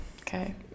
Okay